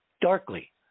darkly